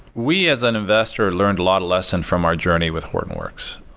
we as an investor learned a lot of lessons from our journey with hortonworks,